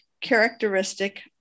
characteristic